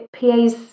PAs